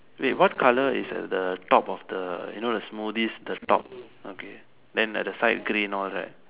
wait what colour is at the top of the you know the smoothie the top okay then at the side green all right